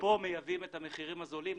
לפה מייבאים את המחירים הזולים,